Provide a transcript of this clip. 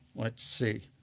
let's see.